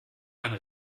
ein